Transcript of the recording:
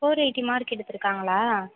four eighty mark எடுத்துயிருக்காங்களா